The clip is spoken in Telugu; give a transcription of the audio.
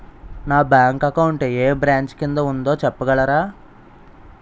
నా బ్యాంక్ అకౌంట్ ఏ బ్రంచ్ కిందా ఉందో చెప్పగలరా?